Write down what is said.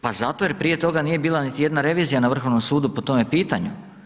Pa zato jer prije toga nije bila niti jedna revizija na Vrhovnom sudu po tome pitanju.